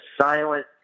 silent